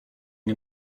nie